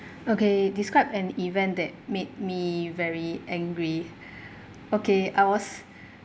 okay describe an event that made me very angry okay I was